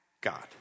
God